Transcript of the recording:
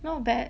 not bad